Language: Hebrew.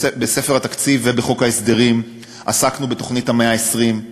בספר התקציב ובחוק ההסדרים עסקנו בתוכנית "צוות 120 הימים":